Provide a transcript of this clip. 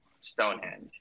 Stonehenge